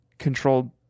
controlled